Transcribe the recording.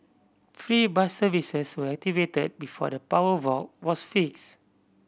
free bus services were activated before the power wall was fix